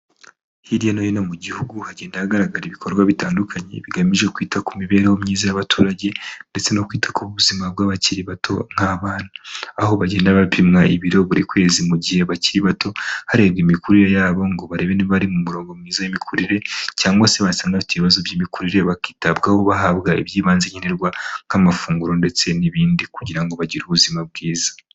Hirya no hino mu gihugu hagenda hagaragara ibikorwa bitandukanye bigamije kwita ku mibereho myiza y'abaturage ndetse no kwita ku buzima bw'abakiri bato nk'abana. Aho bagenda bapimwa ibiro buri kwezi mu gihe bakiri bato, harebwa imikurire yabo ngo barebe niba bari mu murongo mwiza y'imikurire, cyangwa se basanga bafite ibibazo by'imikurire bakitabwaho bahabwa iby'ibanze nkenerwa nk'amafunguro ndetse n'ibindi kugira ngo bagire ubuzima bwiza.